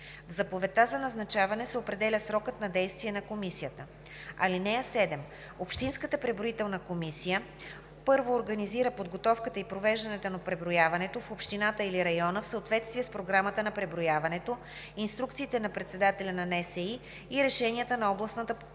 В заповедта за назначаване се определя срокът на действие на комисията. (7) Общинската преброителна комисия: 1. организира подготовката и провеждането на преброяването в общината или района в съответствие с Програмата на преброяването, инструкциите на председателя на НСИ и решенията на областната преброителна